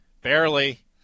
Barely